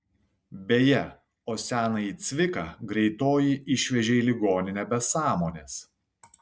beje o senąjį cviką greitoji išvežė į ligoninę be sąmonės